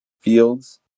Fields